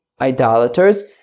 idolaters